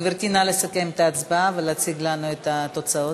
גברתי, נא לסכם את ההצבעה ולהציג לנו את התוצאות.